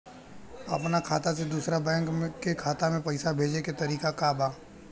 अपना खाता से दूसरा बैंक के खाता में पैसा भेजे के तरीका का बा?